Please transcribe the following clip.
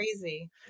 crazy